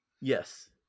Yes